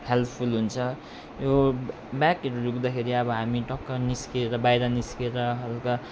helpful हुन्छ यो ब्याकहरू दुख्दाखेरि अब हामी टक्क निस्किएर बाहिर निस्किएर हलका